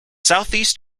southeast